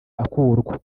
akurwa